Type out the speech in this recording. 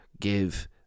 give